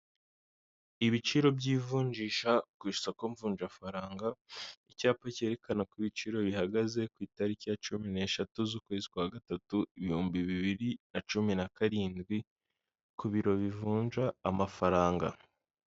Ibiciro by'ivunjisha ku isoko mvunjafaranga icyapa cyerekana uko ibiciro bihagaze ku itariki ya cumi n'eshatu z'ukwezi kwa gatatu ibihumbi bibiri na cumi na karindwi ku biro bivunja amafaranga.